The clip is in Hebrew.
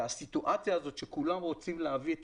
הסיטואציה הזאת שכולם רוצים להביא את